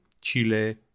Chile